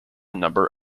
number